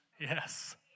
Yes